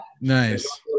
Nice